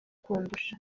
kundusha